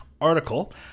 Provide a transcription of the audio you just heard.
article